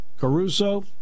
Caruso